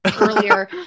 earlier